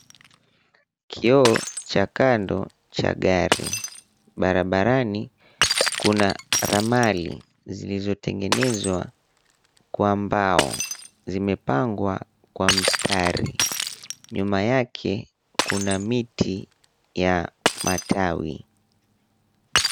Kioo cha kando cha gari. Barabarani kuna ramali zilizotengenezwa kwa mbao, zimepangwa kwa mstari. Nyuma yake kuna miti ya matawi.